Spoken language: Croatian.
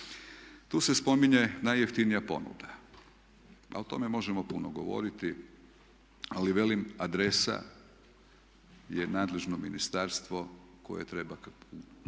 Tu se spominje najjeftinija ponuda a o tome možemo puno govoriti ali velim adresa je nadležno ministarstvo koje treba